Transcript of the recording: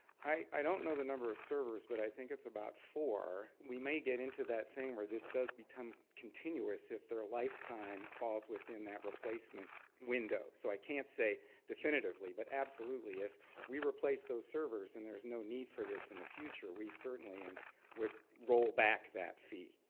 i don't know the number of servers, but i think it's about four. we may get into that thing where this does become continuous if their lifetime falls within that replacement window. so i can't say definitively, but absolutely, if we replace those servers, then and there's no need for this in the future. we certainly and would roll back that fee.